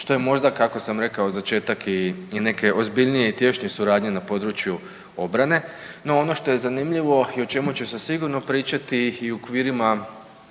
što je možda kako sam rekao začetak i neke ozbiljnije i tješnje suradnje na području obrane. No, ono što je zanimljivo i o čemu će se sigurno pričati i u okvirima